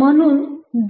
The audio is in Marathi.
म्हणून